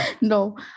No